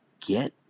get